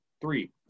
Three